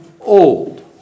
old